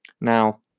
Now